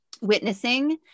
witnessing